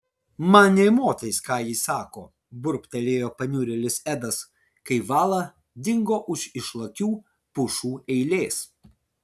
man nė motais ką ji sako burbtelėjo paniurėlis edas kai vala dingo už išlakių pušų eilės